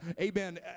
amen